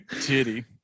Titty